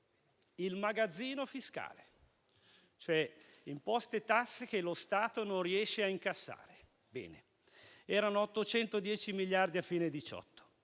il magazzino fiscale, cioè, imposte e tasse che lo Stato non riesce a incassare. Erano 810 miliardi a fine 2018,